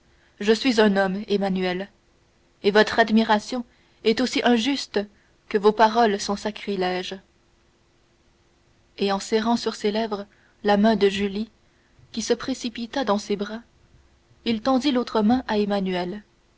je suis un homme emmanuel et votre admiration est aussi injuste que vos paroles sont sacrilèges et serrant sur ses lèvres la main de julie qui se précipita dans ses bras il tendit l'autre main à emmanuel